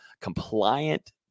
compliant